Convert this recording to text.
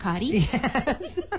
Yes